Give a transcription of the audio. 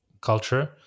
culture